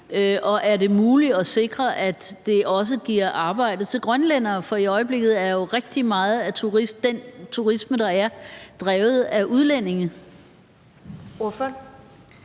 Og er det muligt at sikre, at det også giver arbejde til grønlændere? For i øjeblikket er rigtig meget af den turisme, der er, drevet af udlændinge.